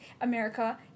America